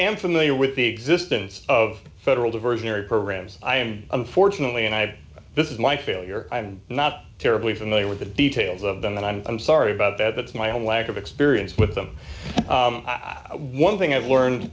am familiar with the existence of federal diversionary programs i am unfortunately and i have this is my failure i'm not terribly familiar with the details of them and i'm i'm sorry about that it's my own lack of experience with them one thing i've learned